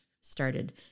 started